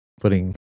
putting